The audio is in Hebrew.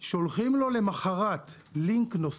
שולחים לו לינק נוסף